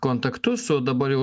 kontaktus su dabar jau